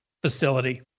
facility